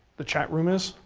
the chat room is,